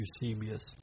Eusebius